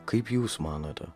kaip jūs manote